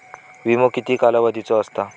विमो किती कालावधीचो असता?